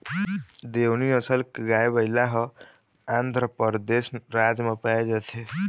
देओनी नसल के गाय, बइला ह आंध्रपरदेस राज म पाए जाथे